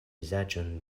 vizaĝon